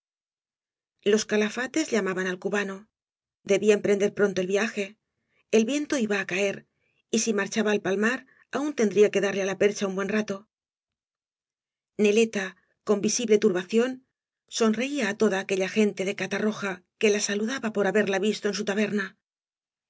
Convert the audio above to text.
los calafates llamaban al cubano debía emprender pronto el viaje el viento iba á caer j ai marchaba al palmar aun tendría que darla á la percha un buen rato neleta con visibl turbación sonreía á toda aquella gente de ca tarroja que la saludaba por haberla visto en g taberna